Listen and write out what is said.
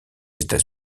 états